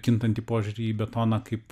kintantį požiūrį į betoną kaip